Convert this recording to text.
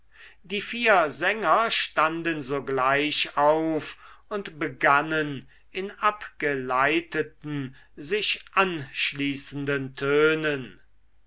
die vier sänger standen sogleich auf und begannen in abgeleiteten sich anschließenden tönen